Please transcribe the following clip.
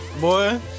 Boy